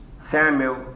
Samuel